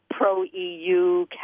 pro-EU